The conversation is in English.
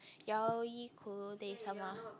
Yaoi Kudesama